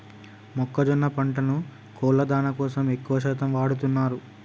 మొక్కజొన్న పంటను కోళ్ళ దానా కోసం ఎక్కువ శాతం వాడుతున్నారు